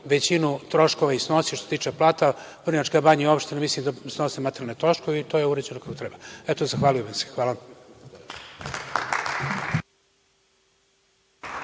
većinu troškova i snovi i što se tiče plata, Vrnjačka Banja i opština, mislim da snose materijalne troškove i to je uređeno kako treba. Eto, zahvalio bih vam se. Hvala.